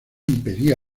impedía